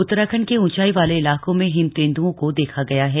उतराखंड के ऊंचाई वाले इलाकों में हिम तेंदओं को देखा गया है